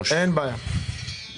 מי בעד קבלת הרוויזיה על פנייה מספר 74,